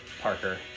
Parker